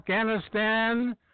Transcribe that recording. Afghanistan